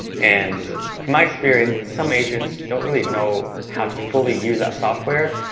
and from my experience, some agents don't really know how to fully use that software,